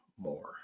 more